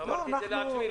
אמרתי את זה לעצמי.